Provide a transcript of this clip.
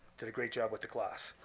did a great job with the class.